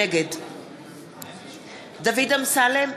נגד דוד אמסלם,